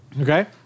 Okay